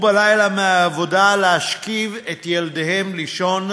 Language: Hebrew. בלילה מהעבודה להשכיב את ילדיהם לישון,